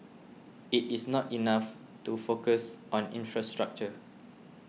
it is not enough to focus on infrastructure